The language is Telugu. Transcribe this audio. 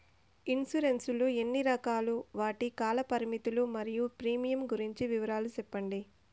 ఇన్సూరెన్సు లు ఎన్ని రకాలు? వాటి కాల పరిమితులు మరియు ప్రీమియం గురించి వివరాలు సెప్పండి?